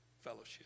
fellowship